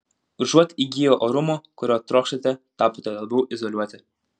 užuot įgiję orumo kurio trokštate tapote labiau izoliuoti